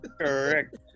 Correct